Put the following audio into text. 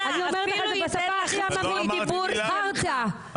חרטא,